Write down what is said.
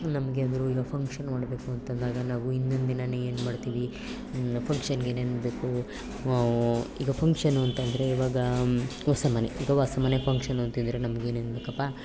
ನಮಗೆ ಯಾವ್ದಾದ್ರು ಇಲ್ಲ ಫಂಕ್ಷನ್ ಮಾಡಬೇಕು ಅಂತಂದಾಗ ನಾವು ಹಿಂದಿನ ದಿನಾ ಏನು ಮಾಡ್ತೀವಿ ಫಂಕ್ಷನ್ನಿಗೆ ಏನೇನು ಬೇಕು ಈಗ ಫಂಕ್ಷನ್ನು ಅಂತಂದರೆ ಇವಾಗ ಹೊಸ ಮನೆ ಈಗ ಹೊಸ ಮನೆ ಫಂಕ್ಷನ್ನು ಅಂತಿದ್ದರೆ ನಮಗೆ ಏನೇನು ಬೇಕಪ್ಪ